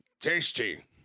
tasty